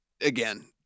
again